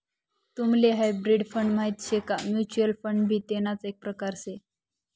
तुम्हले hybrid fund माहित शे का? म्युच्युअल फंड भी तेणाच एक प्रकार से